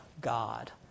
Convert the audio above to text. God